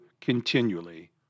continually